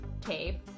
tape